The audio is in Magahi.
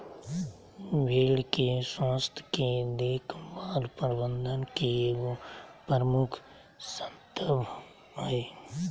भेड़ के स्वास्थ के देख भाल प्रबंधन के एगो प्रमुख स्तम्भ हइ